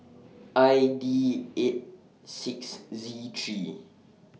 I D eight six Z three